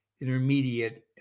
intermediate